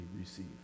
receive